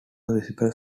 visible